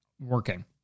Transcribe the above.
working